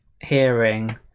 hearing